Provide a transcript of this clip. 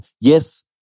Yes